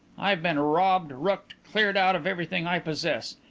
i've been robbed, rooked, cleared out of everything i possess,